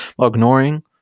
ignoring